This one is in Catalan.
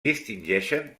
distingeixen